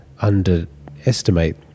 underestimate